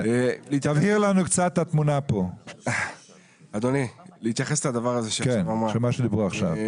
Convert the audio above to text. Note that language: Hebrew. תבהיר לנו קצת את התמונה לגבי מה שדיברו עכשיו.